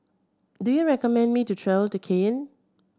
do you recommend me to travel to Cayenne